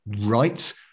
right